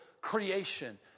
creation